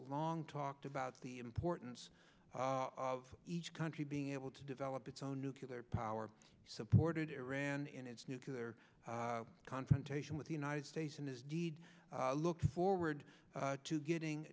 long talked about the importance of each country being able to develop its own nuclear power supported iran in its nuclear confrontation with the united states and his deeds look forward to getting